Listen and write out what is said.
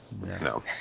no